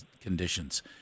conditions